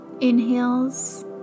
inhales